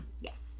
yes